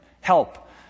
help